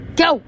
go